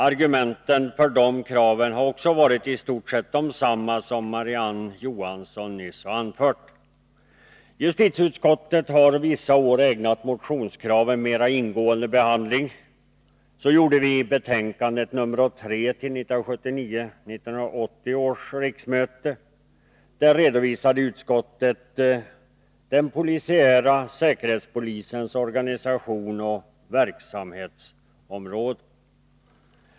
Argumenten för de kraven har också varit i stort sett desamma som Marie-Ann Johansson nyss har anfört. Justitieutskottet har vissa år ägnat motionskraven mera ingående behand Nr 149 ling. Så gjorde vi i betänkandet nr 3 till 1979/80 års riksmöte. Där redovisade utskottet den polisiära säkerhetstjänstens organisation och verksamhetsområde.